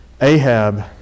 Ahab